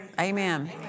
Amen